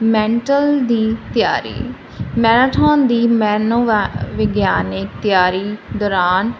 mental ਦੀ ਤਿਆਰੀ marathon ਦੀ ਮੈਨੋ ਵੈ ਵਿਗਿਆਨਿਕ ਤਿਆਰੀ ਦੌਰਾਨ